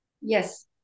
Yes